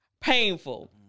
painful